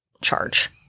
charge